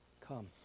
come